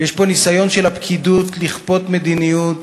יש כאן ניסיון של הפקידות לכפות מדיניות